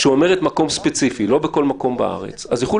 שמציינת מקום ספציפי לא בכל מקום בארץ יוכלו